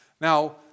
Now